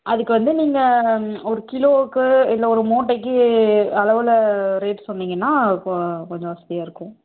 அதுக்கு வந்து நீங்கள் ஒரு கிலோவுக்கு இல்லை ஒரு மூட்டக்கு அளவில் ரேட் சொன்னிங்கன்னா கொ கொஞ்சம் வசதியாக இருக்கும்